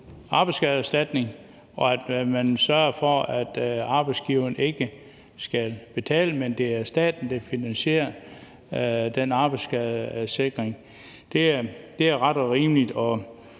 arbejdsskadeerstatning, og at man sørger for, at arbejdsgiveren ikke skal betale, men at det er staten, der finansierer den arbejdsskadesikring. Det er ret og rimeligt.